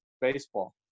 baseball